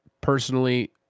personally